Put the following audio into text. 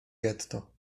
getto